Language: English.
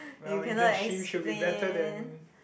well internship should be better than